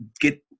get